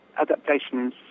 adaptations